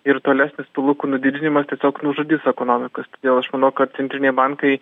ir tolesnis palūkanų didinimas tiesiog nužudys ekonomikas todėl aš manau kad centriniai bankai